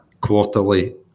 quarterly